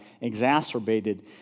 exacerbated